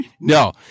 No